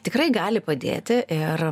tikrai gali padėti ir